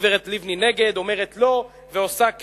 הגברת לבני נגד, אומרת לא ועושה כן.